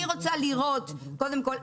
אני רוצה לראות קודם כל,